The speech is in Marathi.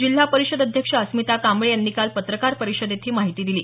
जिल्हा परिषद अध्यक्षा अस्मिता कांबळे यांनी काल पत्रकार परिषदेत ही माहिती दिली